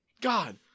God